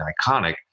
iconic